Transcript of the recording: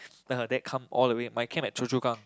then her dad come all the way my camp at Choa Chu Kang